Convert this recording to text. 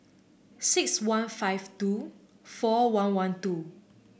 six one five two four one one two